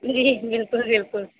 जी बिल्कुल बिल्कुल